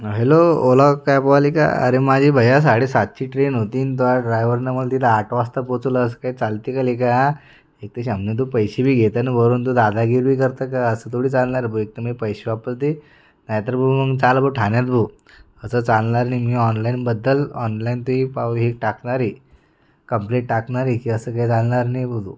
हं hello Ola कॅबवाले का अरे माझी भैया साडेसातची ट्रेन होती आणि तू ड्रायव्हरनं मला तिथे आठ वाजता पोचवलं असं काही चालते का लेका एकतर समोरून तू पैसेबी घेतो आणि वरून तू दादागिरी करतो का असं थोडी चालणार भाऊ एकतर मी पैसे वापस दे नाहीतर भाऊ मग चल भाऊ ठाण्यात भाऊ असं चालणार नाही मी ऑनलाईनबद्दल ऑनलाईन तुझी पाव हे टाकणार आहे कम्प्लेट टाकणार आहे की असं काही चालणार नाही बोलू